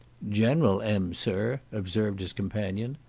general m, sir, observed his companion.